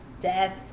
death